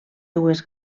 dues